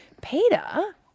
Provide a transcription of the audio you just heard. Peter